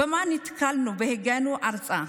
במה נתקלנו בהגיענו ארצה?